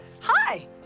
Hi